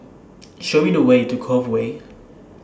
Show Me The Way to Cove Way